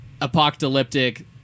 apocalyptic